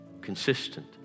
consistent